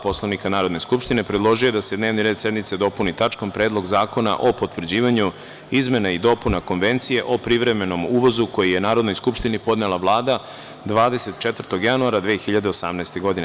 Poslovnika Narodne skupštine, predložio je da se dnevni red sednice dopuni tačkom – Predlog zakona o potvrđivanju izmena i dopuna Konvencije o privremenom uvozu, koji je Narodnoj skupštini podnela Vlada, 24. januara 2018. godine.